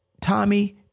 Tommy